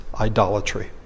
idolatry